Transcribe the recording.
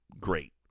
great